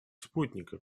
спутника